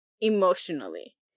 emotionally